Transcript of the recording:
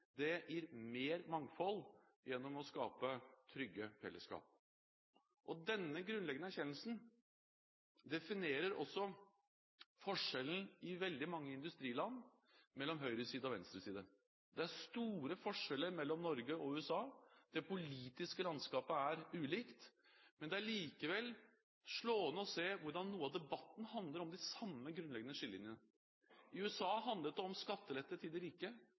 Det gir mer mangfold gjennom at man skaper trygge fellesskap. Denne grunnleggende erkjennelsen definerer også forskjellen mellom høyresiden og venstresiden i veldig mange industriland. Det er store forskjeller mellom Norge og USA. Det politiske landskapet er ulikt, men det er likevel slående å se hvordan noe av debatten handler om de samme grunnleggende skillelinjene. I USA handlet det om skattelette til de rike.